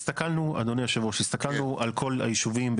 הסתכלנו על כל היישובים,